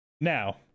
Now